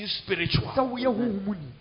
spiritual